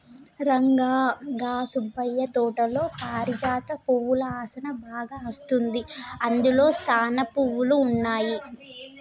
రంగా గా సుబ్బయ్య తోటలో పారిజాత పువ్వుల ఆసనా బాగా అస్తుంది, అందులో సానా పువ్వులు ఉన్నాయి